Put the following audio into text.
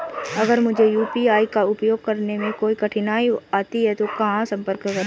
अगर मुझे यू.पी.आई का उपयोग करने में कोई कठिनाई आती है तो कहां संपर्क करें?